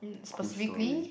cool story